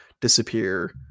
disappear